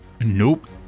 Nope